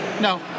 No